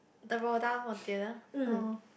the Roda Montana oh